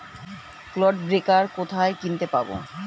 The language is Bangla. ক্লড ব্রেকার কোথায় কিনতে পাব?